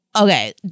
okay